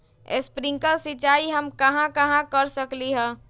Sprinkle सिंचाई हम कहाँ कहाँ कर सकली ह?